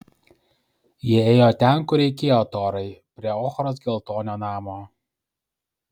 jie ėjo ten kur reikėjo torai prie ochros geltonio namo